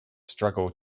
struggled